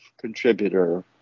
contributor